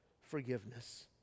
forgiveness